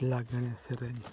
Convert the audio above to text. ᱞᱟᱜᱽᱬᱮ ᱥᱮᱨᱮᱧ